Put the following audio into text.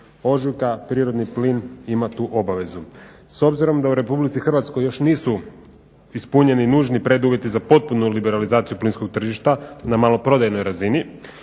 ožujka prirodni plin ima tu obavezu. S obzirom da u RH još nisu ispunjeni nužni preduvjeti za potpunu liberalizaciju plinskog tržišta na maloprodajnoj razini,